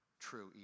true